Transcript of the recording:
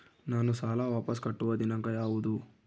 ನಾನು ಸಾಲ ವಾಪಸ್ ಕಟ್ಟುವ ದಿನಾಂಕ ಯಾವುದು?